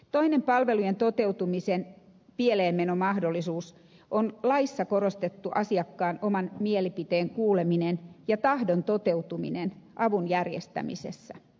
toinen palvelujen toteutumisen pieleenmenomahdollisuus on laissa korostettu asiakkaan oman mielipiteen kuuleminen ja tahdon toteutuminen avun järjestämisessä